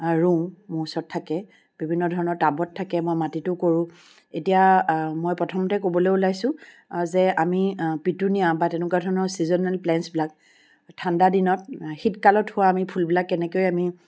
আৰু মোৰ ওচৰত থাকে বিভিন্ন ধৰণৰ টাবত থকে মই মাটিতো কৰো এতিয়া মই প্ৰথমতে ক'বলৈ ওলাইছো যে আমি পিটুনিয়া বা তেনেকুৱা ধৰণৰ ছিজনেল প্লেনটছবিলাক ঠাণ্ডা দিনত শীতকালত হোৱা আমি ফুলবিলাক কেনেকৈ আমি